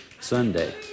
Sunday